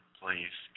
please